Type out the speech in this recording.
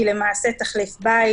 היא למעשה תחליף בית,